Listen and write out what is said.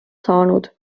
saanud